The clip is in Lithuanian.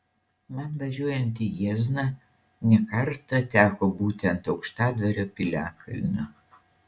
man važiuojant į jiezną ne kartą teko būti ant aukštadvario piliakalnio